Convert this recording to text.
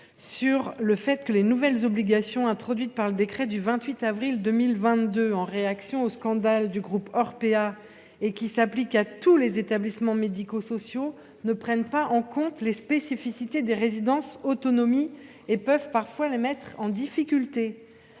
sur un point : les nouvelles obligations introduites par le décret du 28 avril 2022, qui a été pris en réaction au scandale du groupe Orpea et qui s’applique à tous les établissements médico sociaux, ne prennent pas en compte les spécificités des résidences autonomie et peuvent parfois mettre celles ci en difficulté.